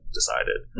decided